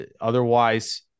Otherwise